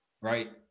right